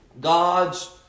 God's